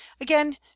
again